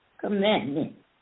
commandment